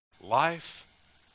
life